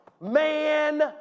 man